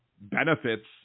benefits